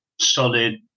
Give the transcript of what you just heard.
solid